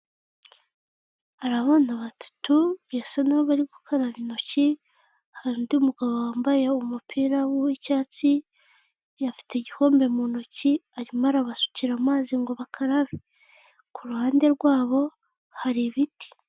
Hari abana batatu birasa n'aho bari gukaraba intoki, hari undi mugabo wambaye umupira w'icyatsi, afite igikombe mu ntoki arimo arabasukira amazi ngo bakarabe, ku ruhande rwabo hari ibiti.